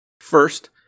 First